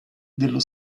dello